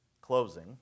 Closing